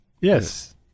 Yes